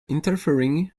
interfering